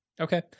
Okay